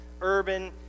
urban